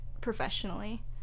professionally